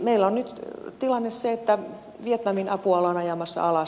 meillä on nyt tilanne se että vietnamin apua ollaan ajamassa alas